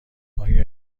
آیا